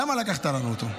למה לקחת לנו אותו?